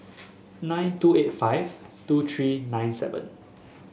nine two eight five two three nine seven